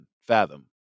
fathom